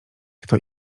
kto